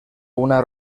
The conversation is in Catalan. una